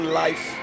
life